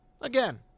Again